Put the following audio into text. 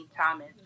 Thomas